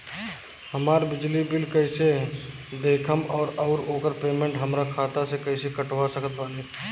हमार बिजली बिल कईसे देखेमऔर आउर ओकर पेमेंट हमरा खाता से कईसे कटवा सकत बानी?